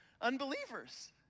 unbelievers